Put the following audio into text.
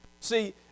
See